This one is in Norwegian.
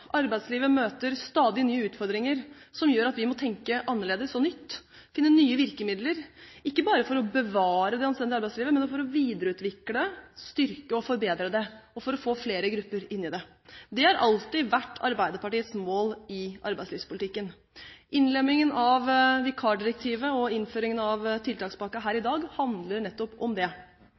Arbeidslivet møter stadig nye utfordringer som gjør at vi må tenke annerledes og nytt, og finne nye virkemidler, ikke bare for å bevare det anstendige arbeidslivet, men for å videreutvikle, styrke og forbedre det, og for å få flere grupper inn i det. Det har alltid vært Arbeiderpartiets mål i arbeidslivspolitikken. Innlemmingen av vikarbyrådirektivet og innføringen av tiltakspakken her i dag handler nettopp om det.